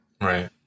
Right